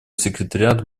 секретариат